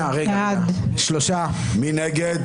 מי נגד?